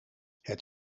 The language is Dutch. het